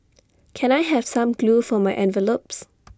can I have some glue for my envelopes